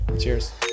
Cheers